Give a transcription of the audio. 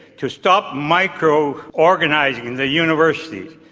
to stop micro-organising the universities,